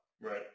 Right